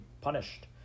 punished